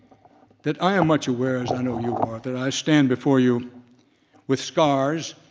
that i am much aware as i know you are that i stand before you with scars,